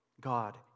God